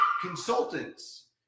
consultants